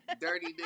dirty